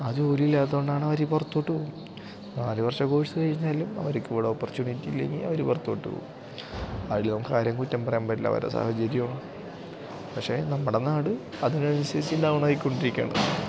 ആ ജോലി ഇല്ലാത്തതുകൊണ്ടാണ് അവര് പുറത്തോട്ടു പോവും നാലു വർഷ കോഴ്സ് കഴിഞ്ഞാലും അവര്ക്ക് ഇവിടെ ഓപ്പർച്യൂണിറ്റി ഇല്ലെങ്കില് അവര് പുറത്തോട്ടു പോവും അതില് നമുക്ക് ആരെയും കൂറ്റം പറയാൻ പറ്റില്ല അവരുടെ സാഹചര്യമാണ് പക്ഷെ നമ്മുടെ നാട് അതിനനുസരിച്ച് ഡൗണായിക്കൊണ്ടിരിക്കുകയാണ്